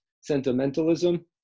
sentimentalism